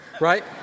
right